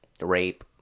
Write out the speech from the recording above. rape